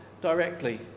directly